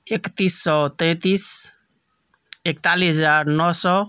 एकतीस सए तैंतीस एकतालिस हजार नओ सए